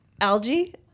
algae